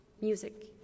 music